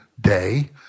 day